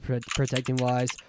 protecting-wise